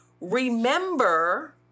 remember